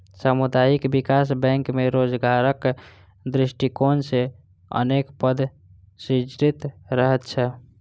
सामुदायिक विकास बैंक मे रोजगारक दृष्टिकोण सॅ अनेक पद सृजित रहैत छै